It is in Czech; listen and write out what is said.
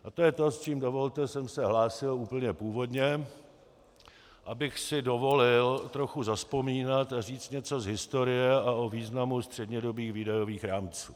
A to je to, s čím, dovolte, jsem se hlásil úplně původně, abych si dovolil trochu zavzpomínat a říct něco z historie a o významu střednědobých výdajových rámců.